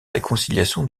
réconciliation